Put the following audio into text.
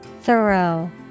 thorough